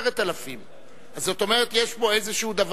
10,000. זאת אומרת, יש פה איזה דבר,